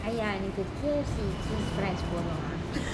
!aiya! the K_F_C cheese fries போதும்:pothum lah